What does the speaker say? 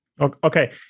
Okay